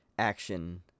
action